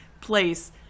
place